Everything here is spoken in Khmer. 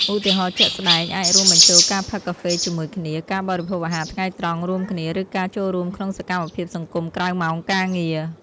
ឧទាហរណ៍ជាក់ស្តែងអាចរួមបញ្ចូលការផឹកកាហ្វេជាមួយគ្នា ការបរិភោគអាហារថ្ងៃត្រង់រួមគ្នា ឬការចូលរួមក្នុងសកម្មភាពសង្គមក្រៅម៉ោងការងារ។